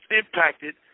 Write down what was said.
impacted